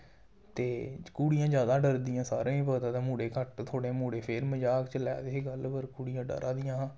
ते कुड़ियां जादा डरदियां सारें ई पता ते मुड़े घट्ट थोह्ड़े मुड़े फेर मज़ाक च लै दे हे गल्ल पर कुड़ियां डरा दियां हा